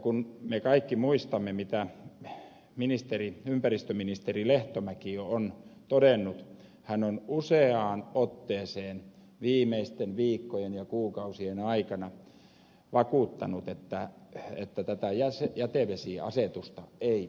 kun me kaikki muistamme mitä ympäristöministeri lehtomäki on todennut hän on useaan otteeseen viimeisten viikkojen ja kuukausien aikana vakuuttanut että tätä jätevesiasetusta ei avata